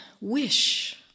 wish